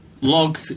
log